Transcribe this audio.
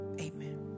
amen